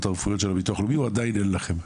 הרפואיות של הביטוח הלאומי או שעדיין אין לכם?